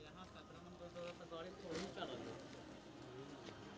UPI से UPI पैसा transfer की सके छी?